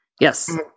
Yes